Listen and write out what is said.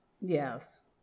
Yes